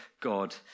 God